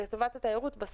לטובת התיירות, עזבי את המשק.